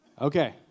Okay